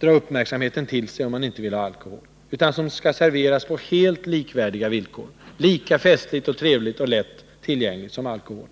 dra uppmärksamheten till sig för att få, utan som skall serveras på helt likvärdiga villkor, lika festligt och trevligt och lättillgängligt som alkohol.